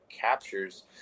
captures